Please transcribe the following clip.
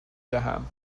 دهم